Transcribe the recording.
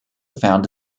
found